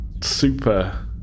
super